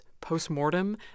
post-mortem